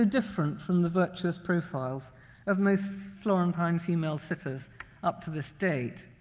ah different from the virtuous profiles of most florentine female sitters up to this date?